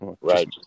Right